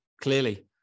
clearly